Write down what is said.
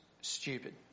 stupid